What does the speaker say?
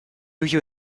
you